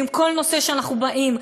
ועם כל נושא שאנחנו באים,